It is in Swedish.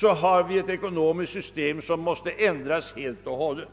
har ett ekonomiskt system som radikalt måste ändras.